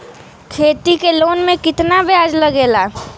खेती के लोन में कितना ब्याज लगेला?